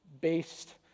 based